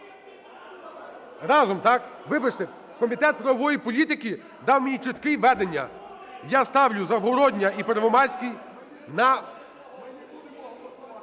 Разом, так? Вибачте. Комітет правової політики дав мені чіткі ведення. Я ставлю, Завгородня і Первомайський на